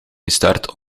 gestart